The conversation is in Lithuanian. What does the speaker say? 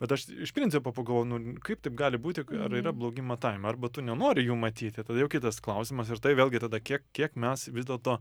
bet aš iš principo pagalvojau nu kaip taip gali būti ka ar yra blogi matavimai arba tu nenori jų matyti tada jau kitas klausimas ir tai vėlgi tada kiek kiek mes vis dėlto